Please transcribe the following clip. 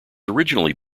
originally